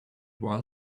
while